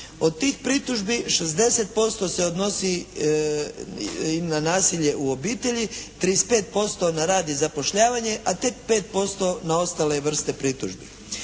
Od tih pritužbi 60% se odnosi i na nasilje u obitelji, 35% na rad i zapošljavanje, a tek 5% na ostale vrste pritužbi.